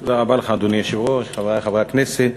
תודה רבה לך, חברי חברי הכנסת,